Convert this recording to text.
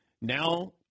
Now